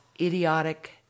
idiotic